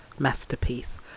masterpiece